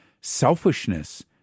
selfishness